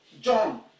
john